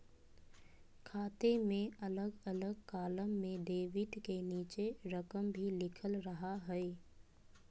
खाते में अलग अलग कालम में डेबिट के नीचे रकम भी लिखल रहा हइ